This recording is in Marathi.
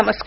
नमस्कार